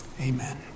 Amen